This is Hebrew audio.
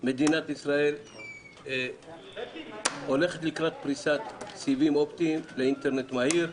מדינת ישראל הולכת לקראת פריסת סיבים אופטיים לאינטרנט מהיר.